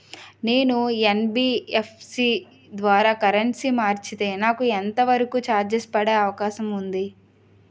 నేను యన్.బి.ఎఫ్.సి ద్వారా కరెన్సీ మార్చితే నాకు ఎంత వరకు చార్జెస్ పడే అవకాశం ఉంది?